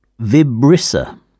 Vibrissa